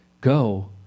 Go